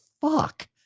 fuck